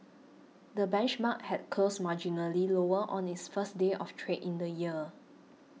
the benchmark had closed marginally lower on its first day of trade in the year